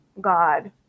god